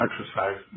exercise